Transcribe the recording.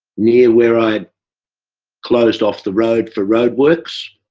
near where i'd closed off the road for roadworks.